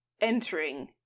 entering